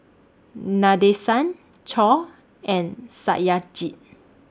Nadesan Choor and Satyajit